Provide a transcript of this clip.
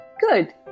Good